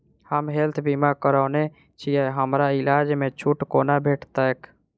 हम हेल्थ बीमा करौने छीयै हमरा इलाज मे छुट कोना भेटतैक?